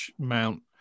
Mount